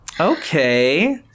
Okay